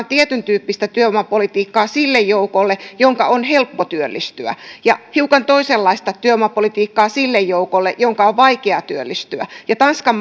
tietyntyyppistä työvoimapolitiikkaa sille joukolle jonka on helppo työllistyä ja hiukan toisenlaista työvoimapolitiikkaa sille joukolle jonka on vaikea työllistyä tanskan